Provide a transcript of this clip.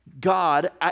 God